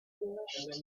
wished